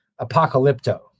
apocalypto